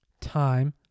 time